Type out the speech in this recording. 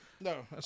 No